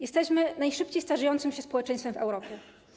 Jesteśmy najszybciej starzejącym się społeczeństwem w Europie.